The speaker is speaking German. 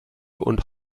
und